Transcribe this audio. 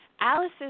Alice's